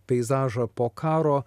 peizažą po karo